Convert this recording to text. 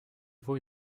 vaut